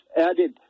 added